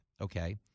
okay